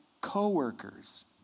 co-workers